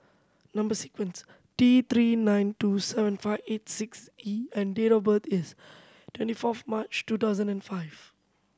number sequence T Three nine two seven five eight six E and date of birth is twenty fourth March two thousand and five